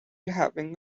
having